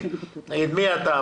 מי אתה,